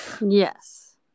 Yes